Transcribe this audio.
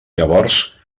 llavors